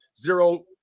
zero